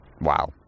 wow